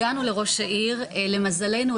למזלנו,